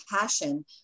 passion